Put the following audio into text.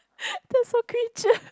there's a creature